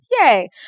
yay